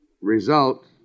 result